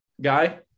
guy